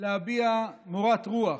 להביע מורת רוח